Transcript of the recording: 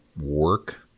work